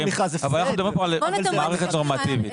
אבל אנחנו מדברים פה על מערכת נורמטיבית.